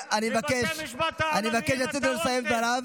אני מבקש לתת לו לסיים את דבריו.